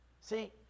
See